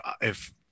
if-